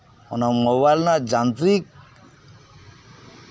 ᱚᱱᱟ ᱢᱳᱵᱟᱭᱤᱞ ᱨᱮᱱᱟᱜ ᱡᱟᱱᱛᱨᱤᱠ